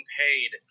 paid